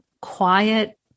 quiet